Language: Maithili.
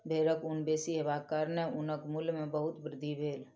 भेड़क ऊन बेसी हेबाक कारणेँ ऊनक मूल्य में बहुत वृद्धि भेल